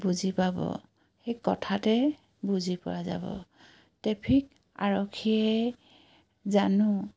বুজি পাব সেই কথাতে বুজি পোৱা যাব ট্ৰেফিক আৰক্ষীয়ে জানো